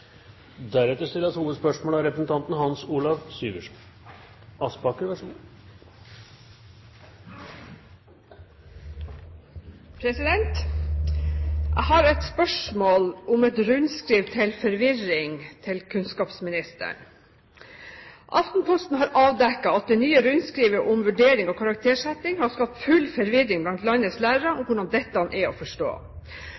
Jeg har et spørsmål til kunnskapsministeren om et rundskriv til forvirring. Aftenposten har avdekket at det nye rundskrivet om vurdering og karaktersetting har skapt full forvirring blant landets lærere om hvordan dette skal forstås. Lærere uttrykker frustrasjon og